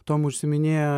tuom užsiiminėja